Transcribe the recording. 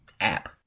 app